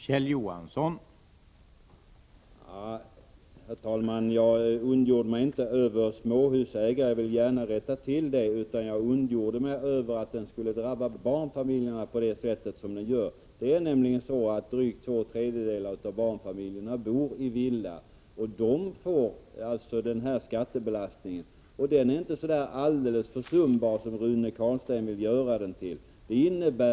Herr talman! Jag ondgjorde mig inte över småhusägare — det missförståndet vill jag gärna rätta till — utan över att fastighetsskatten drabbar barnfamiljerna på det sätt som den gör. Drygt två tredjedelar av barnfamiljerna bor nämligen i villa, och de får alltså denna skattebelastning som inte är så alldeles försumbar som Rune Carlstein vill göra den till.